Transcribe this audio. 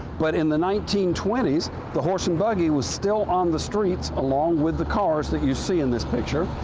but in the nineteen twenty s the horse and buggy was still on the streets, along with the cars that you see in this picture,